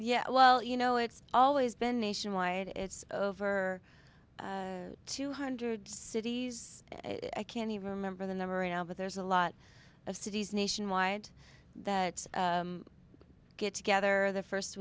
yeah well you know it's always been nationwide it's over two hundred cities i can't remember the number at all but there's a lot of cities nationwide that get together the first